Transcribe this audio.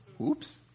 Oops